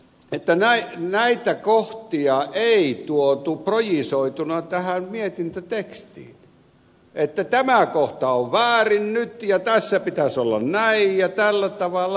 perkiön puheenvuoroissa näitä kohtia ei tuotu projisoituna tähän mietintötekstiin että tämä kohta on väärin nyt ja tässä pitäisi olla näin ja tällä tavalla